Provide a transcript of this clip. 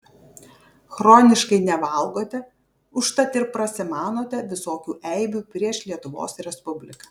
chroniškai nevalgote užtat ir prasimanote visokių eibių prieš lietuvos respubliką